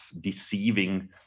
deceiving